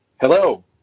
Hello